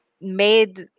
made